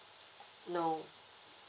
no